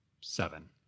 seven